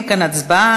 אין כאן הצבעה.